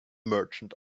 merchant